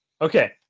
Okay